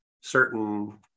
certain